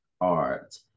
art